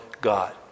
God